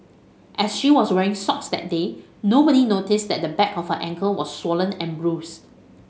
as she was wearing socks that day nobody noticed that the back of her ankle was swollen and bruised